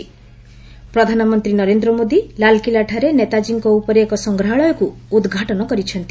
ପ୍ରଧାନମନ୍ତ୍ରୀ ନରେନ୍ଦ୍ର ମୋଦି ଲାଲକିଲ୍ଲାଠାରେ ନେତାଜୀଙ୍କ ଉପରେ ଏକ ସଂଗ୍ରହାଳୟକୁ ଉଦ୍ଘାଟନ କରିଛନ୍ତି